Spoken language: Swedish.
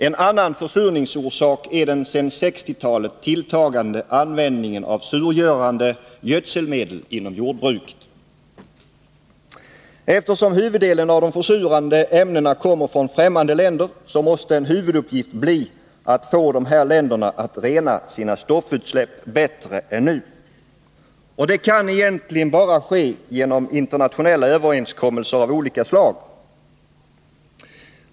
En annan försurningsorsak är den sedan 1960-talet tilltagande användningen av surgörande gödselmedel inom jordbruket. Eftersom huvuddelen av de försurande ämnena kommer från främmande länder, måste en huvuduppgift bli att få dessa länder att rena sina stoffutsläpp bättre än nu. Det kan egentligen bara ske genom internationella överenskommelser av olika slag.